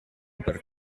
per